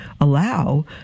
allow